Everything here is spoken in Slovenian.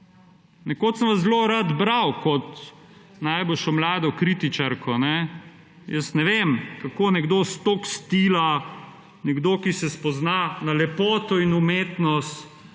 Nekoč sem vas zelo rad bral, kot najboljšo mlado kritičarko. Jaz ne vem kako nekdo s toliko stila, nekdo ki se spozna na lepoto in umetnost,